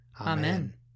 Amen